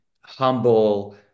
humble